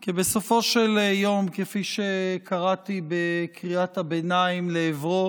כי בסופו של יום, כפי שקראתי בקריאת הביניים לעברו